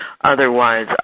Otherwise